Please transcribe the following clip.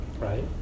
right